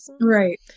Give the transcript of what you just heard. right